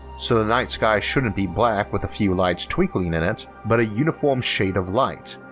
so the night sky shouldn't be black with a few lights twinkling in it, but a uniform shade of light,